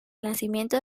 nacimiento